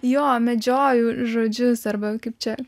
jo medžioju žodžius arba kaip čia